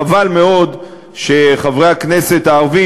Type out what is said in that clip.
חבל מאוד שחברי הכנסת הערבים,